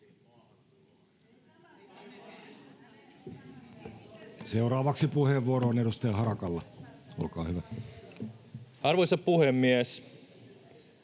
Seuraavaksi puheenvuoro on edustaja Harakalla, olkaa hyvä. [Speech